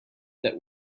that